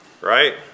right